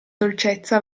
dolcezza